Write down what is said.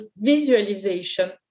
visualization